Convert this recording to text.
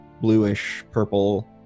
bluish-purple